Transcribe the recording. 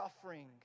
suffering